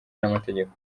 n’amategeko